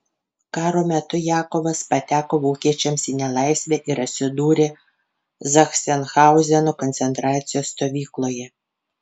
karo metu jakovas pateko vokiečiams į nelaisvę ir atsidūrė zachsenhauzeno koncentracijos stovykloje